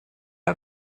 are